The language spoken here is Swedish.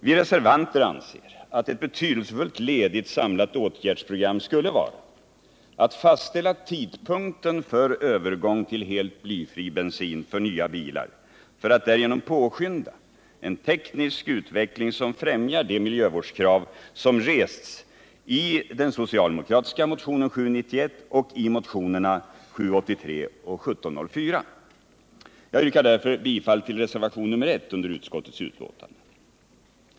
Vi reservanter anser att ett betydelsefullt led i ett samlat åtgärdsprogram skulle vara att fastställa tidpunkten för övergång till helt blyfri bensin för nya bilar, för att därigenom påskynda en teknisk utveckling som främjar de miljövårdskrav som rests i den socialdemokratiska motionen 791 och motionerna 783 och 1704. Jag yrkar därför bifall till reservationen 1 vid utskottets betänkande.